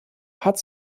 hat